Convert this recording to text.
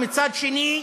ומצד שני,